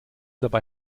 dabei